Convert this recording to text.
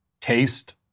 taste